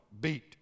beat